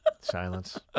Silence